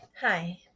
Hi